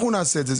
נעשה את זה אנחנו?